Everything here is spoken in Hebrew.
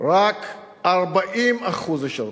רק 40% ישרתו.